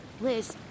Liz